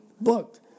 booked